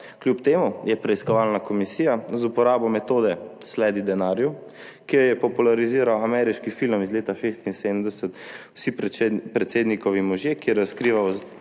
Kljub temu je preiskovalna komisija z uporabo metode »slędi denarju«, ki jo je populariziral ameriški film iz leta 1976 Vsi predsednikovi možje, ki je razkrival